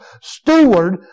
steward